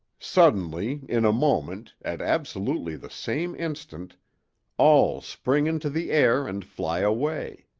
suddenly in a moment at absolutely the same instant all spring into the air and fly away.